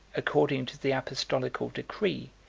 according to the apostolical decree,